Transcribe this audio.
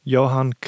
Johan